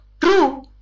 true